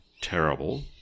terrible